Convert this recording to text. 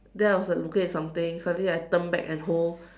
then I was like looking at something suddenly I turn back and hold